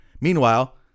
Meanwhile